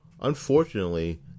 Unfortunately